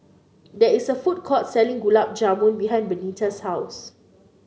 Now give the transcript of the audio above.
there is a food court selling Gulab Jamun behind Benita's house